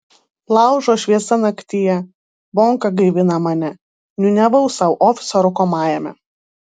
laužo šviesa naktyje bonka gaivina mane niūniavau sau ofiso rūkomajame